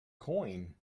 coin